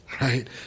right